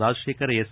Rajashekhar S